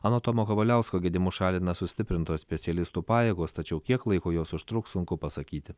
anot tomo kavaliausko gedimus šalina sustiprintos specialistų pajėgos tačiau kiek laiko jos užtruks sunku pasakyti